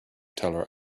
teller